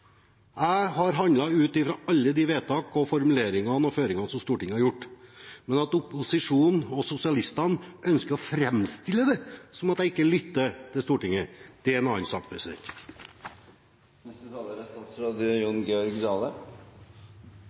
Jeg har handlet ut fra alle de vedtak, formuleringer og føringer som Stortinget har gjort. Men at opposisjonen og sosialistene ønsker å framstille det som at jeg ikke lytter til Stortinget, det er en annen sak.